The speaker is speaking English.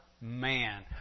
man